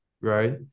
right